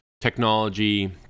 technology